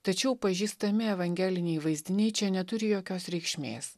tačiau pažįstami evangeliniai vaizdiniai čia neturi jokios reikšmės